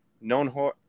known